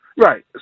Right